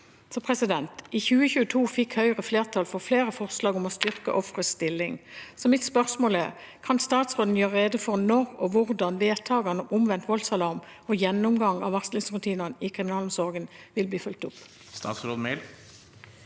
spørretime 2749 fikk Høyre flertall for flere forslag om å styrke ofres stilling. Kan statsråden gjøre rede for når og hvordan vedtakene om omvendt voldsalarm og gjennomgang av varslingsrutinene i Kriminalomsorgen vil bli fulgt opp?»